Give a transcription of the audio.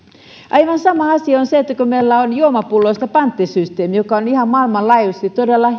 aivan sama asia on se että kun meillä on juomapulloista panttisysteemi ja on ihan maailmanlaajuisesti todella